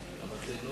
43,